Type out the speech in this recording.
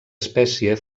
espècie